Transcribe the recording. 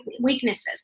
weaknesses